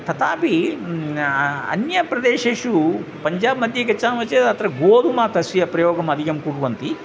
तथापि अन्य प्रदेशेषु पञ्चाब्मध्ये गच्छामः चेद् अत्र गोधूमः तस्य प्रयोगम् अधिकं कुर्वन्ति